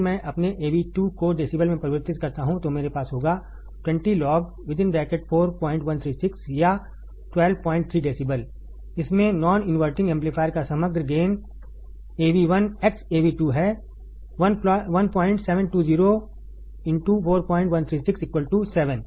यदि मैं अपने AV 2 को डेसिबल में परिवर्तित करता हूं तो मेरे पास होगा 20 लॉग 4136 या 123 डेसीबल इसमें नॉन इनवर्टिंग एम्पलीफायर का समग्र गेन Av1 x Av2 है 1720 4136 7